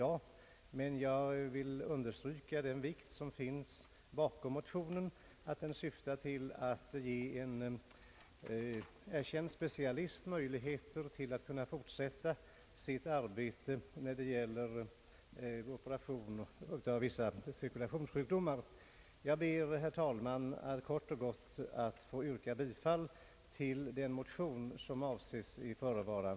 Jag vill emellertid understryka det angelägna syftet bakom motionerna, som är att ge en erkänd specialist möjligheter att kunna fortsätta sitt arbete när det gäller operation av vissa cirkulationssjukdomar. Jag ber, herr talman, att kort och gott få yrka bifall till motionen.